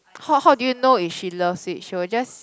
how how do you know if she loves it she will just